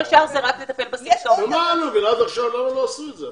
אני לא מבין למה עד עכשיו לא עשו את זה.